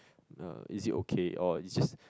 uh is it okay or it's just